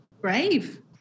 brave